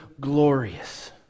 glorious